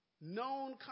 known